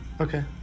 Okay